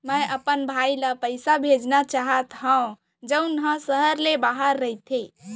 मै अपन भाई ला पइसा भेजना चाहत हव जऊन हा सहर ले बाहिर रहीथे